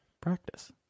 Practice